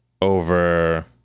over